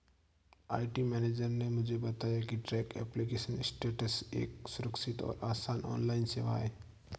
IT manager ने मुझे बताया की ट्रैक एप्लीकेशन स्टेटस एक सुरक्षित और आसान ऑनलाइन सेवा है